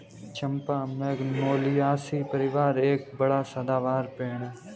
चंपा magnoliaceae परिवार का एक बड़ा सदाबहार पेड़ है